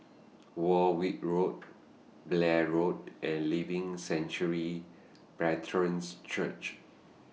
Warwick Road Blair Road and Living Sanctuary Brethren's Church